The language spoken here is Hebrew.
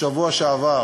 בשבוע שעבר